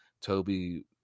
Toby